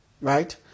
Right